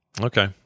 Okay